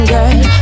Girl